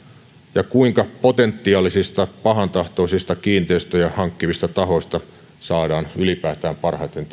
ja kuinka potentiaalisista pahantahtoisista kiinteistöjä hankkivista tahoista saadaan ylipäätään parhaiten